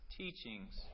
teachings